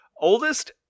Oldest